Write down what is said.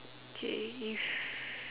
okay if